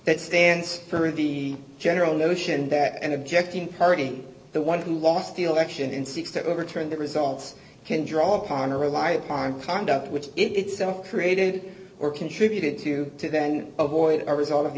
that stands for the general notion that an object in parity the one who lost the election in six to overturn the results can draw upon or rely upon conduct which it itself created or contributed to to then avoid a result of